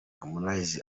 harmonize